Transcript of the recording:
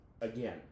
again